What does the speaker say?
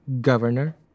Governor